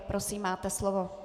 Prosím, máte slovo.